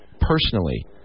personally